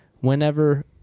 whenever